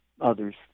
others